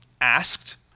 asked